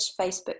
Facebook